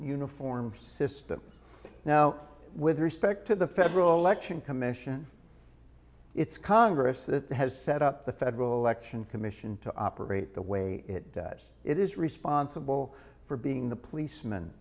uniform system now with respect to the federal election commission it's congress that has set up the federal election commission to operate the way it does it is responsible for being the policem